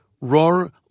Roar